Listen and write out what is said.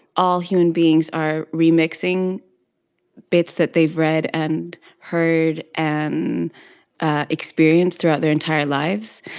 all human beings are remixing bits that they've read and heard and ah experienced throughout their entire lives.